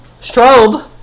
Strobe